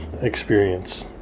experience